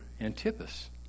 Antipas